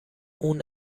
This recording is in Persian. اون